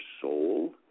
soul